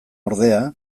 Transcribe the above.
ordea